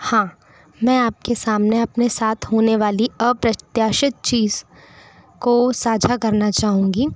हाँ मैं आपके सामने अपने साथ होने वाली अप्रत्याशित चीज़ को साझा करना चाहूँगी